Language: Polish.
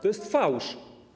To jest fałsz.